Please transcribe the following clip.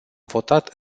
votat